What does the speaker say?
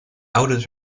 outed